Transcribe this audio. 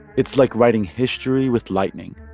it's like writing history with lightning.